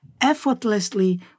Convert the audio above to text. effortlessly